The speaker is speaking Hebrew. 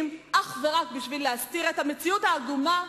אך ורק בשביל להסתיר את המציאות העגומה,